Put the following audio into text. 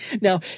Now